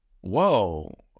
whoa